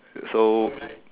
so